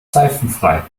seifenfrei